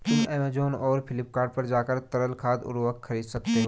तुम ऐमेज़ॉन और फ्लिपकार्ट पर जाकर तरल खाद उर्वरक खरीद सकते हो